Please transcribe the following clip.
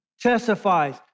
testifies